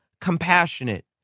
compassionate